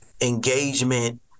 engagement